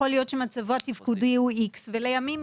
יכול להיות שמצבו התפקודי הוא איקס ולימים,